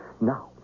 Now